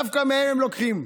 דווקא מהם הם לוקחים.